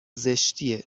زشتی